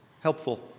helpful